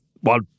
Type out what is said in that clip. one